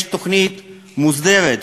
יש תוכנית מוסדרת,